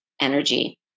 energy